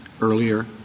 earlier